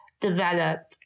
develop